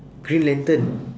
green lantern